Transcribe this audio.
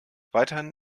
weiterhin